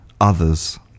others